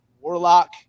Warlock